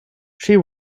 she